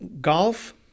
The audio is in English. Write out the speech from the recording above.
golf